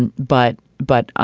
and but but, ah